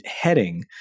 heading